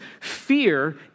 fear